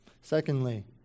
Secondly